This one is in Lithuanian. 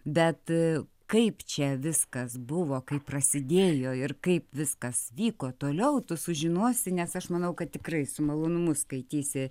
bet kaip čia viskas buvo kaip prasidėjo ir kaip viskas vyko toliau tu sužinosi nes aš manau kad tikrai su malonumu skaitysi